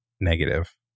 negative